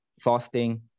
fasting